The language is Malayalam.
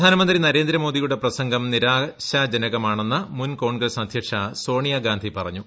പ്രധാനമന്ത്രി നരേന്ദ്രമോദിയുടെ പ്രസ്ത്യ്ക് നിരാശാജനകമാണെന്ന് മുൻ കോൺഗ്രസ്സ് അദ്ധ്യക്ഷ സോണിയാഗാന്ധി പറഞ്ഞു